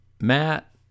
Matt